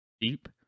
deep